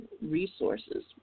resources